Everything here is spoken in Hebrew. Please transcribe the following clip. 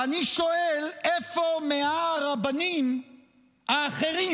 ואני שואל איפה 100 הרבנים האחרים